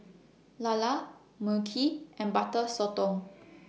Lala Mu Kee and Butter Sotong